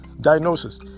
diagnosis